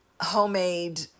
homemade